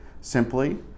simply